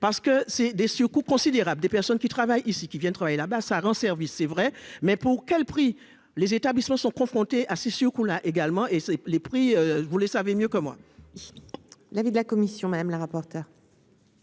parce que c'est des surcoûts considérables, des personnes qui travaillent ici, qui viennent travailler là-bas ça rend service, c'est vrai, mais pour quel prix les établissements sont confrontés à c'est sûr qu'on l'a également, et les prix, je voulais savez mieux que moi, l'avis de la commission madame la rapporteure.